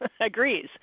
agrees